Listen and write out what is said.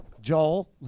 Joel